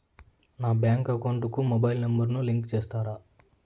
నా bank account కు mobile number ను లింకు చేస్తారా?